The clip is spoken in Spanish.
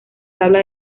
tabla